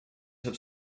have